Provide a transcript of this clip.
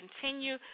continue